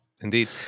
indeed